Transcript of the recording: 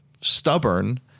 stubborn